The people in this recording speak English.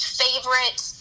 favorite